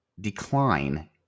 decline